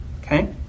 Okay